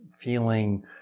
feeling